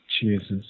Jesus